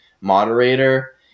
moderator